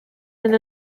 and